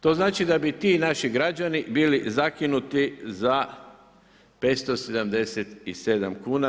To znači da bi ti naši građani bili zakinuti za 577 kuna.